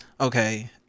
okay